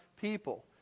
people